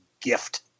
gift